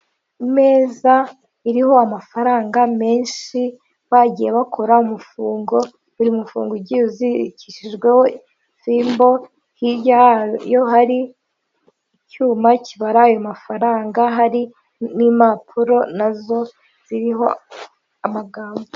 Imeza iriho amafaranga menshi bagiye bakora umufungo buri mufunga ugiye uzirikishijweho fimbo hirya yayo hari icyuma kibara ayo mafaranga hari n'impapuro nazo ziriho amagambo.